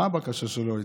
מה הייתה הבקשה שלו?